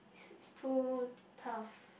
it's it's too tough